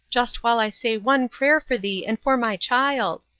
just while i say one prayer for thee and for my child.